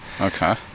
Okay